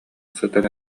сытан